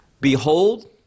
Behold